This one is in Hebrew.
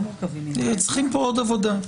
צריכים פה עוד עבודה.